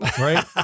right